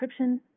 encryption